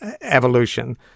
evolution